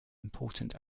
important